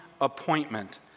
appointment